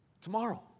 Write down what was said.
Tomorrow